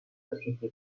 société